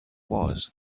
was